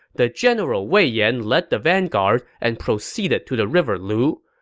the general wei yan led the vanguard and proceeded to the river lu.